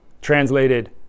Translated